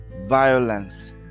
violence